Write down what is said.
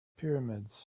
pyramids